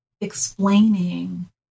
explaining